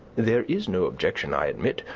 there is no objection, i admit,